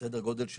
סדר גודל,